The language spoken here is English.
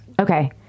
Okay